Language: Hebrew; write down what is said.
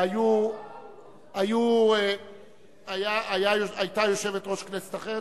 היתה יושבת-ראש כנסת אחרת,